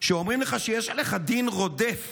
כשאומרים לך שיש עליך דין רודף